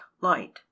light